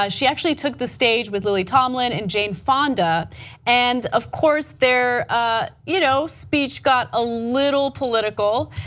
ah she actually took the stage with lily tomlin and jane fonda and of course, their ah you know speech got a little political.